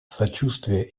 сочувствие